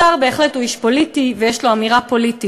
שר הוא בהחלט איש פוליטי, ויש לו אמירה פוליטית.